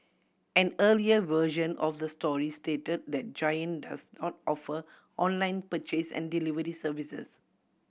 an earlier version of the story stated that Giant does not offer online purchase and delivery services